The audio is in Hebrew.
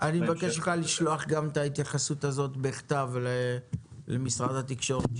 אני מבקש ממך לשלוח את ההתייחסות הזאת בכתב למשרד התקשורת,